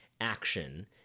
action